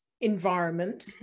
environment